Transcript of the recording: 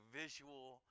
visual